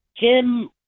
Jim